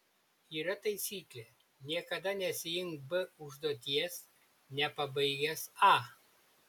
yra taisyklė niekada nesiimk b užduoties nepabaigęs a